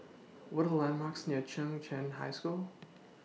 What Are The landmarks near Chung Cheng High School